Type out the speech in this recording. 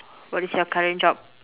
what is your current job